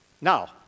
Now